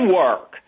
work